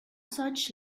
such